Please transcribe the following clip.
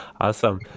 Awesome